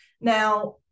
Now